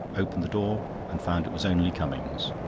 opened the door, and found it was only cummings.